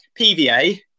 PVA